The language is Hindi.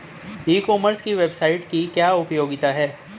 ई कॉमर्स की वेबसाइट की क्या उपयोगिता है?